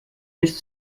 bis